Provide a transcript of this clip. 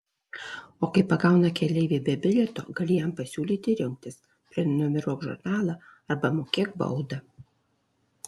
o kai pagauna keleivį be bilieto gali jam pasiūlyti rinktis prenumeruok žurnalą arba mokėk baudą